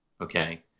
okay